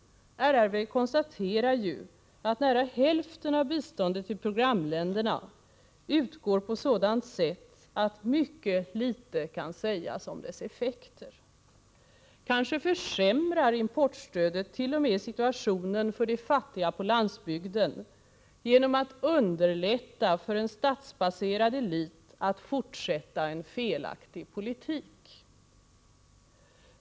RRV konstaterar ju att nära hälften av biståndet till programländerna utgår på sådant sätt att mycket litet kan sägas om dess effekter. Importstödet kanske t.o.m. försämrar situationen för de fattiga på landsbygden genom att det underlättar för en stadsbaserad elit att fortsätta en felaktig politik.